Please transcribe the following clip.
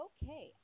Okay